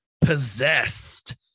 possessed